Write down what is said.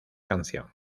canción